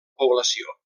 població